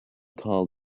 call